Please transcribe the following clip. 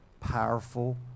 powerful